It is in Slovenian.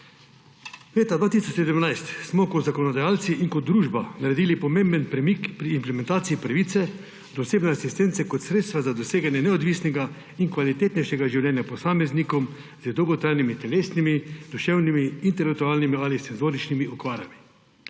Leta 2017 smo kot zakonodajalci in kot družba naredili pomemben premik pri implementaciji pravice do osebne asistence kot sredstva za doseganje neodvisnega in kvalitetnejšega življenja posameznikom z dolgotrajnimi telesnimi, duševnimi, intelektualnimi ali senzoričnimi okvarami.